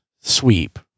sweep